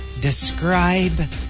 Describe